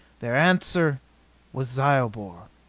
their answer was zyobor.